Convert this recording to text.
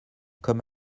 comme